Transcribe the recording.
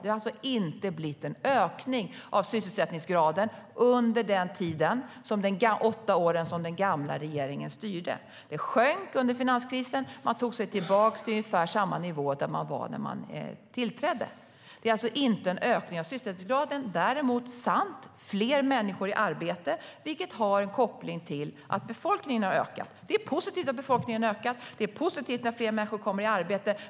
Det har alltså inte blivit en ökning av sysselsättningsgraden under de åtta år som den gamla regeringen styrde. Sysselsättningsgraden sjönk under finanskrisen. Man tog sig tillbaka till ungefär samma nivå där man var när man tillträdde. Det är alltså inte en ökning av sysselsättningsgraden. Det är däremot sant att fler människor är i arbete. Det har en koppling till att befolkningen har ökat. Det är positivt att befolkningen har ökat. Det är positivt när fler människor kommer i arbete.